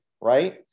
right